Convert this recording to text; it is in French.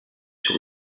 sur